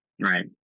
Right